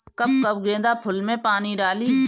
कब कब गेंदा फुल में पानी डाली?